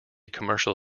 commercial